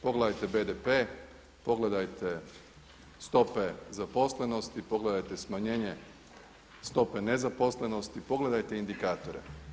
Pogledajte BDP, pogledajte stope zaposlenosti, pogledajte smanjenje stope nezaposlenosti, pogledajte indikatore.